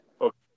Okay